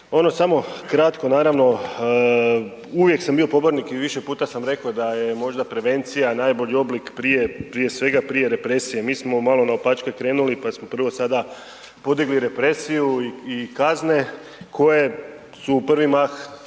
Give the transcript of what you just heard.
samo kratko naravno, uvijek sam bio pobornik i više puta sam rekao da je možda prevencija najbolji oblik prije svega, prije represije, mi smo malo naopačke krenuli pa smo prvo sada podigli represiju i kazne koje su u prvi mah